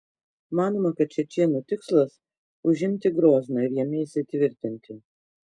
manoma kad čečėnų tikslas užimti grozną ir jame įsitvirtinti